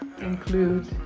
Include